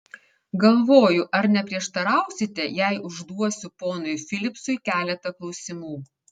galvoju ar neprieštarausite jei užduosiu ponui filipsui keletą klausimų